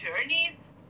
journeys